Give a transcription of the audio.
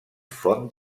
font